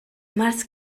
mars